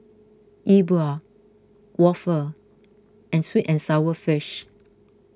E Bua Waffle and Sweet and Sour Fish